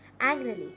Angrily